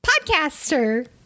podcaster